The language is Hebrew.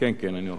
כן כן, אני רואה.